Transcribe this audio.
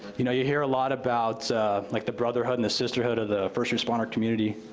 you know, you hear a lot about like the brotherhood and the sisterhood of the first responder community,